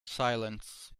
silence